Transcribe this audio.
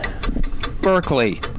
Berkeley